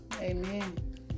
Amen